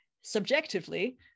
subjectively